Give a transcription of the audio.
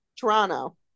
toronto